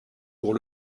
pour